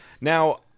Now